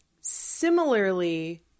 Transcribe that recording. Similarly